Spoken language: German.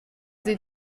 sie